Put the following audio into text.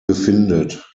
befindet